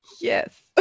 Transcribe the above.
Yes